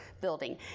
building